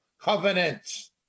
covenant